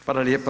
Hvala lijepa.